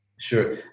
Sure